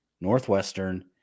Northwestern